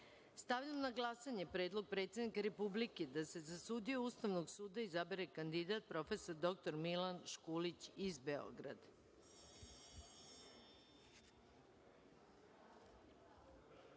suda. Stavljam na glasanje Predlog predsednika Republike da se za sudiju Ustavnog suda izabere kandidat prof. dr Milan Škulić iz